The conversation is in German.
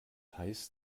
heißt